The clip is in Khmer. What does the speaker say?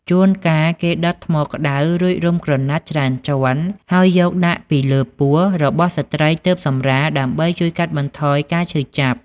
ជួនកាល គេដុតថ្មក្ដៅរួចរុំក្រណាត់ច្រើនជាន់ ហើយយកដាក់ពីលើពោះរបស់ស្ត្រីទើបសម្រាល ដើម្បីជួយកាត់បន្ថយការឈឺចាប់។